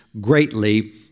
greatly